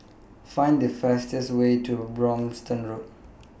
Find The fastest Way to Brompton Road